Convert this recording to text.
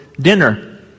dinner